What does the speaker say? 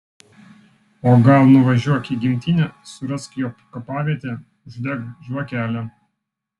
o gal nuvažiuok į gimtinę surask jo kapavietę uždek žvakelę